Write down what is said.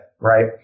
right